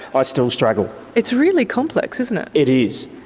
i still struggle. it's really complex isn't it? it is,